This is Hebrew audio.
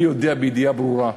אני יודע בידיעה ברורה,